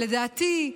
לדעתי,